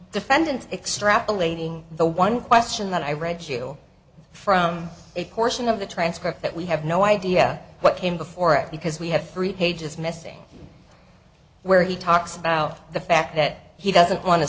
defendant extrapolating the one question that i read to you from a portion of the transcript that we have no idea what came before it because we have three pages missing where he talks about the fact that he doesn't want to